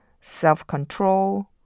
self-control